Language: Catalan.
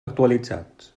actualitzats